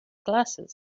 glasses